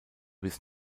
bis